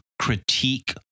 critique